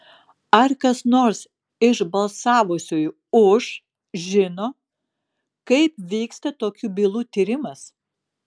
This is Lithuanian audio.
ar kas nors iš balsavusiųjų už žino kaip vyksta tokių bylų tyrimas